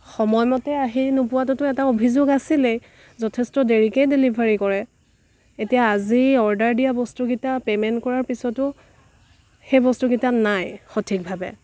সময় মতে আহি নোপোৱাটোতো এটা অভিযোগ আছিলেই যথেষ্ট দেৰিকেই ডেলিভাৰী কৰে এতিয়া আজি অৰ্ডাৰ দিয়া বস্তুগিটা পে'মেণ্ট কৰাৰ পিছতো সেই বস্তুকিটা নাই সঠিকভাৱে